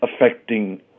affecting